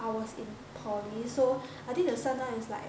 I was in poly so I think that the son is now like